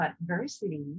adversity